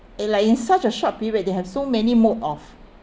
they like in such a short period they have so many mode of